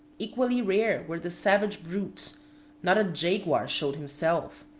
equally rare were the savage brutes not a jaguar showed himself,